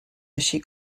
així